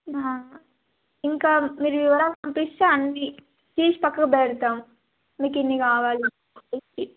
ఇంకా మీరు వివరాలు పంపిస్తే అన్ని ఫీజ్ పక్కకు పెడతాం మీకు ఇన్ని కావాలి